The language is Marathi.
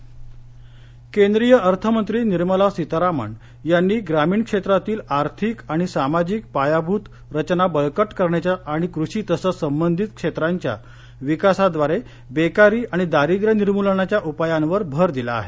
अर्थसंकल्प पूर्व चर्चा केंद्रीय अर्थमंत्री निर्मला सीतारमण यांनी ग्रामीण क्षेत्रातीलआर्थिक आणि सामाजिक पायाभूत रचना बळकट करण्याच्या आणि कृषी तसंच संबंधित क्षेत्रांच्या विकासाद्वारे बेकारी आणि दारिद्र्य निर्मूलनाच्या उपायांवर भर दिला आहे